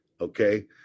okay